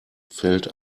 fällt